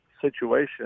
situation